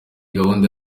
gahunda